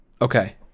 Okay